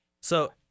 So-